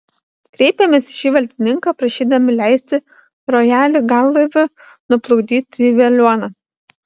kreipėmės į šį valdininką prašydami leisti rojalį garlaiviu nuplukdyti į veliuoną